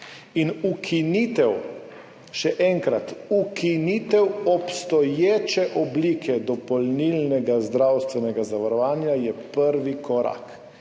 sistema. Še enkrat, ukinitev obstoječe oblike dopolnilnega zdravstvenega zavarovanja je prvi korak.